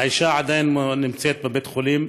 האישה עדיין נמצאת בבית חולים,